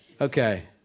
Okay